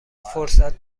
فرصت